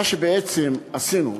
מה שבעצם עשינו,